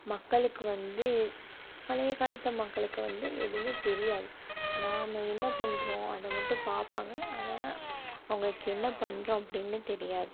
மக்களுக்கு வந்து பழைய காலத்து மக்களுக்கு வந்து எதுவுமே தெரியாது நாம் என்ன பண்ணுறோம் அதை மட்டும் பார்ப்பாங்க ஆனால் அவங்களுக்கு என்ன பண்ணுறோம் அப்படின்னு தெரியாது